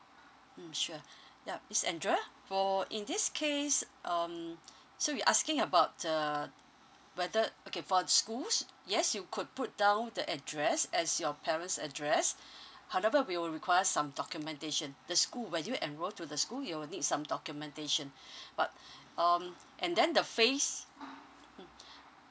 mm sure yup miss andra for in this case um so you asking about uh whether okay for the schools yes you could put down the address as your parents' address however we will require some documentation the school when you enroll to the school they will need some documentation but um and then the phase mm